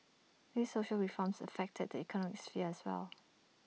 these social reforms affect the economic sphere as well